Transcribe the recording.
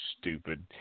stupid